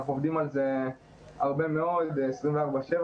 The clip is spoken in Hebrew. אנחנו עובדים על זה הרבה מאוד ואפילו 24/7